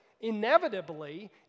inevitably